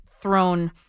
thrown